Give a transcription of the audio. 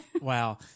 Wow